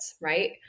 right